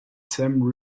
sam